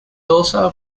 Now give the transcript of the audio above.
also